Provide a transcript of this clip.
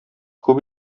күп